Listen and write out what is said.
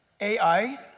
AI